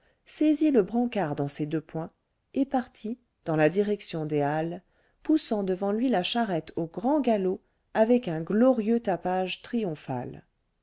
saisit le brancard dans ses deux poings et partit dans la direction des halles poussant devant lui la charrette au grand galop avec un glorieux tapage triomphal